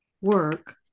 work